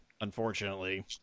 unfortunately